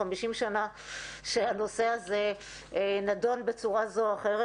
50 שנה שהנושא הזה נדון בצורה זו או אחרת,